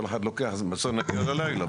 כל אחד מדבר, בסוף נגיע עד הלילה פה.